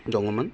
दङमोन